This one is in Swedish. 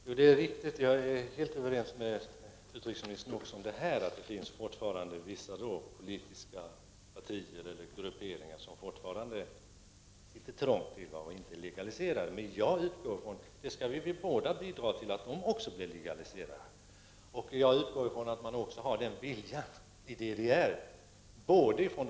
Herr talman! Detta är riktigt. Jag är helt överens med utrikesministern om att det fortfarande finns vissa politiska partier eller grupperingar som sitter trångt och inte är legaliserade. Men jag utgår från att vi båda skall bidra till att också dessa grupperingar blir legaliserade. Jag utgår också från att denna vilja finns i DDR hos dem som nu sitter vid makten.